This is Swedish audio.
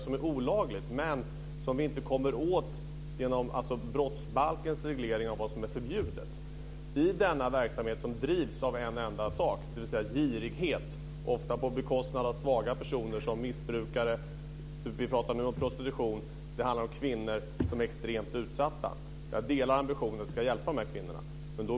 som är olagligt men som vi inte kommer åt genom brottsbalkens reglering av vad som är förbjudet. I denna verksamhet som drivs av en enda sak, dvs. girighet, ofta på bekostnad av svaga personer som missbrukare och prostituerade, handlar det om kvinnor som är extremt utsatta. Jag delar ambitionen att vi ska hjälpa de här kvinnorna.